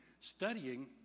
studying